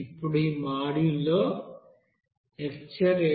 ఇప్పుడు ఈ మాడ్యూల్లో లెక్చర్ 8